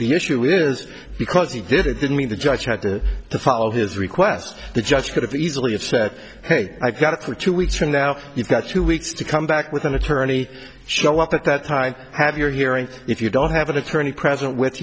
the issue is because he did it didn't mean the judge had to follow his request the judge could have easily have said ok i got it for two weeks from now you've got two weeks to come back with an attorney show up at that time have your hearing if you don't have an attorney present with